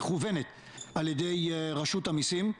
מכוונת על ידי רשות המסים,